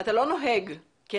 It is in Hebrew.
מיקי, אני